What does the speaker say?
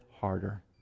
harder